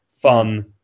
fun